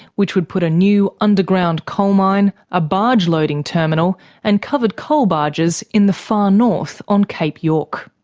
which would put a new underground coal mine, a barge-loading terminal and covered coal barges in the far north on cape york.